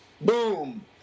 Boom